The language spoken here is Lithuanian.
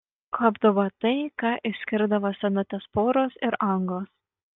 kuopdavo tai ką išskirdavo senutės poros ir angos